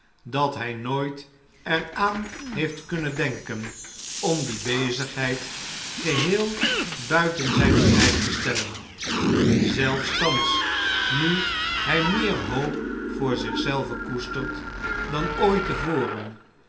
dat hjj nooit er aan heeft kunnen denken om die bezigheid geheel buiten zh'n bereik te stellen zelfs thans nu hg meer hoop voor zich zelven koestert dan ooit